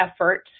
effort